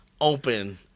open